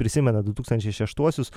prisimena du tūkstančiai šeštuosius